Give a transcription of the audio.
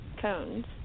cones